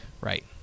right